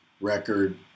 record